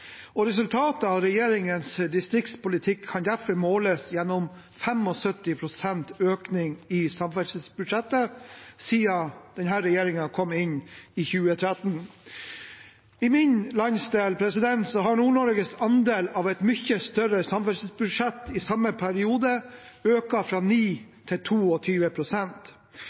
Resultatet av regjeringens distriktspolitikk kan derfor måles gjennom 75 pst. økning i samferdselsbudsjettet siden denne regjeringen kom inn i 2013. Når det gjelder min landsdel, har Nord-Norges andel – av et mye større samferdselsbudsjett i samme periode – økt fra 9 pst. til